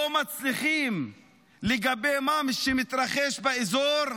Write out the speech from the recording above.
לא מצליחים לגבי מה שמתרחש באזור,